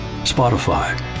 Spotify